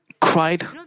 cried